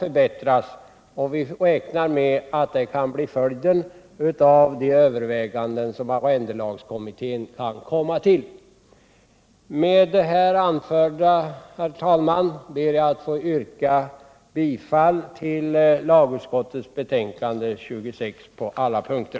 Vi räknar med att en sådan förbättring kan bli följden av de överväganden som arrendelagskommittén kan komma fram till. Med det här anförda, herr talman, ber jag att få yrka bifall till lagutskottets betänkande nr 26 på alla punkter.